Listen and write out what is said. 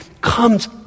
comes